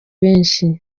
benshi